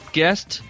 guest